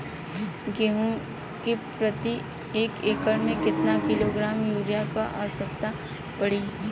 गेहूँ के प्रति एक एकड़ में कितना किलोग्राम युरिया क आवश्यकता पड़ी?